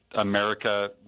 America